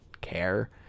care